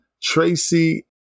Tracy